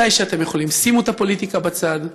מתי שאתם יכולים: שימו את הפוליטיקה בצד,